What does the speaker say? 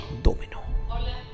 domino